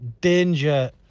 danger